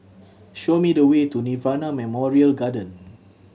show me the way to Nirvana Memorial Garden